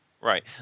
Right